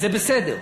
זה בסדר.